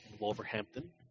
Wolverhampton